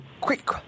quick